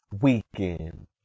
weekend